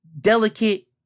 delicate